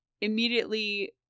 immediately